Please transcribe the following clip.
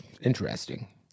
Interesting